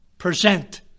present